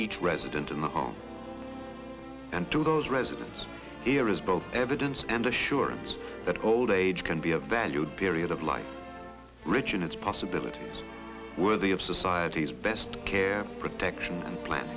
each resident in the home and to those residents here is both evidence and assurance that old age can be a valued period of life rich in its possibilities worthy of society's best care protection plan